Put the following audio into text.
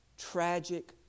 tragic